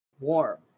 warm